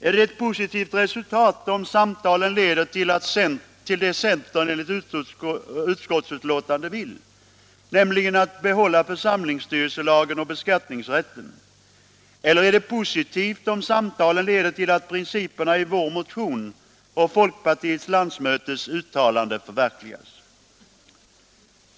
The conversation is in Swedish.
Är det ett positivt resultat, om samtalen leder till det centern enligt utskottsbetänkandet vill, nämligen att behålla församlingsstyrelselagen och beskattningsrätten, eller är det positivt om samtalen leder till att principerna i vår motion och folkpartiets landsmötes uttalande förverkligas?